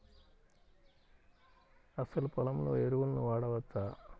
అసలు పొలంలో ఎరువులను వాడవచ్చా?